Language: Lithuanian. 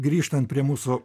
grįžtant prie mūsų